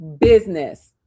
business